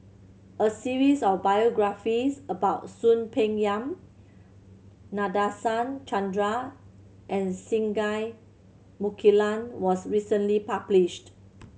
a series of biographies about Soon Peng Yam Nadasen Chandra and Singai Mukilan was recently published